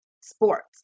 sports